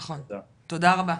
תודה רבה,